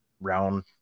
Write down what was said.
round